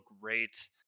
great